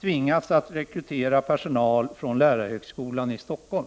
tvingats att rekrytera personal från lärarhögskolan i Stockholm.